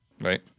right